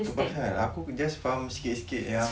tu pasal aku just faham sikit sikit yang